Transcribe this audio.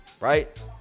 Right